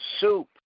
soup